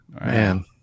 Man